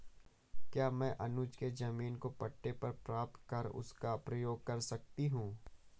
क्या मैं अनुज के जमीन को पट्टे पर प्राप्त कर उसका प्रयोग कर सकती हूं?